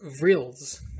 Reels